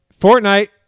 Fortnite